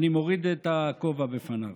אני מוריד את הכובע בפניו.